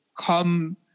come